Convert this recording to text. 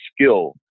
skill